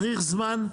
צריך זמן,